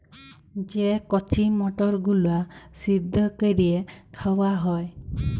যে কঁচি মটরগুলা সিদ্ধ ক্যইরে খাউয়া হ্যয়